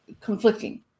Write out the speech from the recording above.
Conflicting